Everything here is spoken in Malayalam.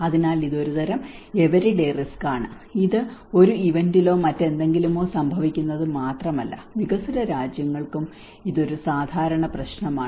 അതിനാൽ ഇത് ഒരുതരം എവരിഡേ റിസ്ക് ആണ് ഇത് ഒരു ഇവന്റിലോ മറ്റെന്തെങ്കിലുമോ സംഭവിക്കുന്നത് മാത്രമല്ല വികസ്വര രാജ്യങ്ങൾക്കെങ്കിലും ഇത് ഒരു സാധാരണ പ്രശ്നമാണ്